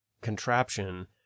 contraption